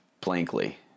blankly